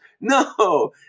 no